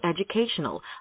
educational